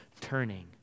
turning